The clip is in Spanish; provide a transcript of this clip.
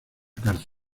cárcel